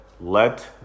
let